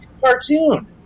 cartoon